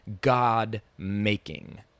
God-making